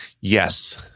Yes